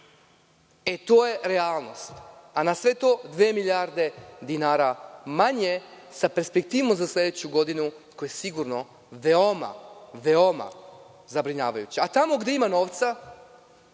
To je realnost, a na sve to, dve milijarde dinara manje sa perspektivom za sledeću godinu, koja je sigurno veoma, veoma zabrinjavajuća. Tamo gde ima novca,